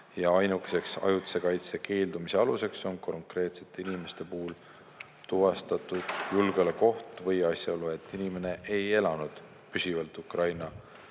ajutise kaitse [andmisest] keeldumise alus on konkreetse inimese puhul tuvastatud julgeolekuoht või asjaolu, et inimene ei elanud püsivalt Ukrainas